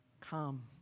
Come